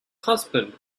husband